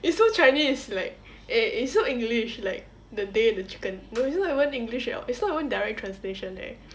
it's so chinese like eh it's so english like the day the chicken no it's not even english at all it's not even direct translation eh